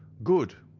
good!